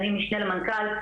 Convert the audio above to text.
אני משנה למנכ"ל.